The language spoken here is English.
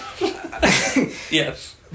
yes